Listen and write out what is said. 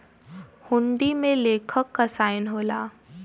हुंडी में लेखक क साइन होला